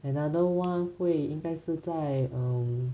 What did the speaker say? another [one] 会应该是在 um